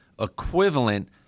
equivalent